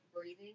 breathing